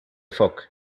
foc